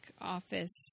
Office